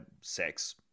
sex